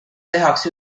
tehakse